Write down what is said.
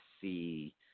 see